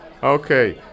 Okay